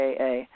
AA